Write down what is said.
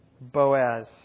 Boaz